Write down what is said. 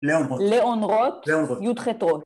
‫ליאון רוט. ‫-ליאון רוט, י.ח. רול.